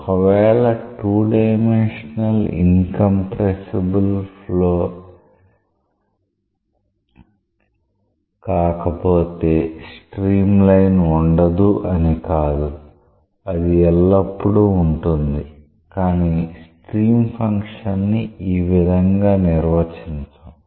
ఒకవేళ 2 dimensional incompressible flow కాకపోతే streamline ఉండదు అని కాదు అది ఎల్లప్పుడూ ఉంటుంది కానీ స్ట్రీమ్ ఫంక్షన్ ని ఈ విధంగా నిర్వచించం